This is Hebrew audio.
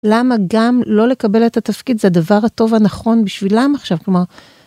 למה גם לא לקבל את התפקיד, זה הדבר הטוב הנכון בשבילם עכשיו, כלומר.